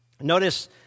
Notice